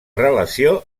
relació